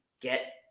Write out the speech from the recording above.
get